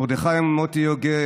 מרדכי מוטי יוגב,